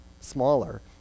smaller